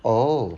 oh